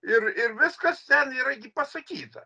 ir ir viskas ten yra gi pasakyta